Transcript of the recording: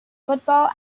football